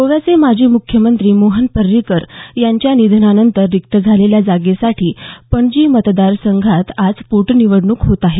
गोव्याचे माजी मुख्यमंत्री मनोहर परींकर यांच्या निधनानंतर रिक्त झालेल्या जागेसाठी पणजी मतदारसंघात आज पोटनिवडणूक होत आहे